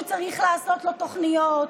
שצריך לעשות בו תוכניות,